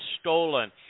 stolen